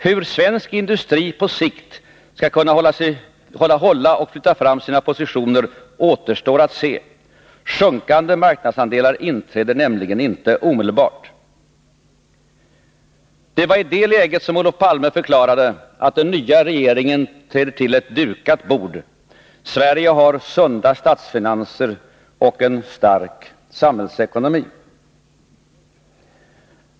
Hur svensk industri på sikt skall kunna hålla och flytta fram sina positioner återstår att se. Sjunkande marknadsandelar inträder nämligen inte omedelbart. Det var i det läget som Olof Palme förklarade att den nya regeringen trädde till ett dukat bord. Sverige har sunda statsfinanser och en stark samhällsekonomi, sade han.